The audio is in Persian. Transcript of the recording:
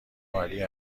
عالی